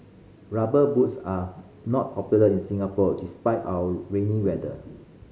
Rubber Boots are not popular in Singapore despite our rainy weather